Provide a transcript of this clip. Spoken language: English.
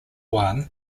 one